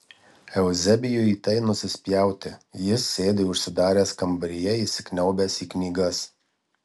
euzebijui į tai nusispjauti jis sėdi užsidaręs kambaryje įsikniaubęs į knygas